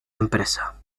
empresa